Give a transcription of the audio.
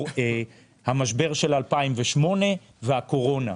המשבר של 2008 והקורונה.